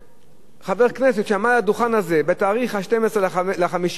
חבר כנסת שעמד על הדוכן הזה בתאריך 12 במאי 2010,